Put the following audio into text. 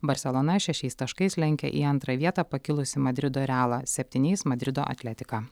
barselona šešiais taškais lenkia į antrą vietą pakilusį madrido realą septyniais madrido atletiką